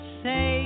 say